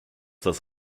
das